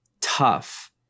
tough